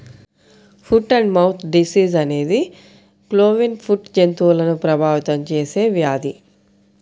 foot and mouth disease అనేది cloven foot జంతువులను ప్రభావితం చేసే వ్యాధి